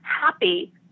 happy